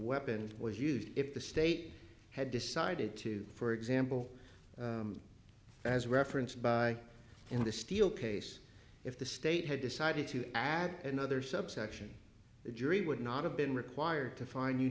weapon was used if the state had decided to for example as referenced by in the steel case if the state had decided to add another subsection the jury would not have been required to find